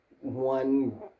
one